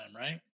right